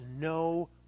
no